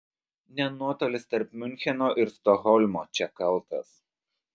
ne nuotolis tarp miuncheno ir stokholmo čia kaltas